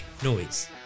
noise